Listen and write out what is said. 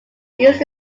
used